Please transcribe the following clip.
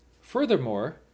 Furthermore